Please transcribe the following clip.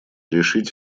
решить